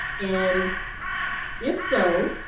and if so,